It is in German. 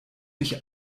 ich